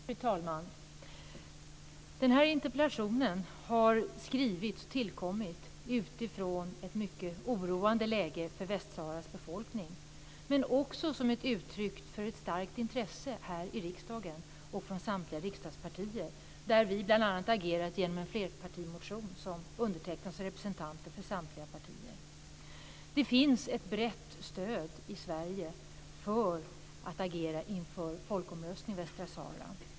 Fru talman! Den här interpellationen har tillkommit utifrån ett mycket oroande läge för Västsaharas befolkning, men den är också ett uttryck för ett starkt intresse här i riksdagen och från samtliga riksdagspartier där vi agerat bl.a. genom en flerpartimotion som undertecknats av representanter från samtliga partier. Det finns ett brett stöd i Sverige för att agera inför folkomröstningen i Västsahara.